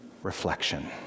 reflection